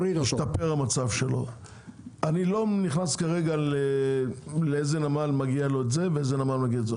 אני לא נכנס כרגע לאיזה נמל מגיע את זה ולאיזה נמל מגיע זה.